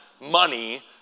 money